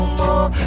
more